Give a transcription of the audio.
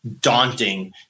daunting